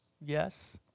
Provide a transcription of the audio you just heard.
Yes